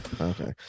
Okay